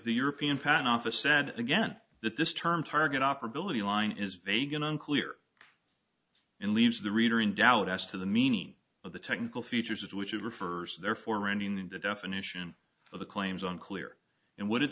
the european patent office said again that this term target operability line is vague and unclear and leaves the reader in doubt as to the meaning of the technical features of which it refers therefore ending the definition of the claims unclear and what did